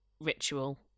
ritual